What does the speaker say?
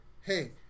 hey